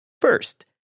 First